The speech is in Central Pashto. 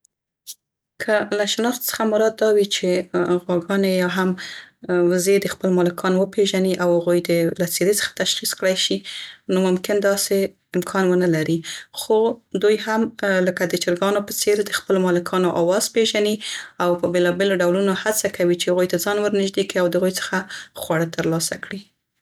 که له شناخت څخه مراد دا وي چې غواګانې یا هم وزې دې خپل مالکان وپیژني او هغوی دې له څيرې څخه تشخیص کړی شي نو ممکن داسې امکان ونه لري. خو دوی هم لکه د چرګانو په څير د خپلو مالکانو اواز پیژني او په بیلابیلو ډولونو هڅه کوي چې هغوی ته ځان ورنیږدې کي او له هغوی څخه خواړه تر لاسه کړي.